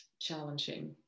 challenging